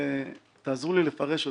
ותעזרו לי לפרש אותו.